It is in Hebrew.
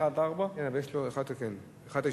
אדוני